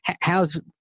How's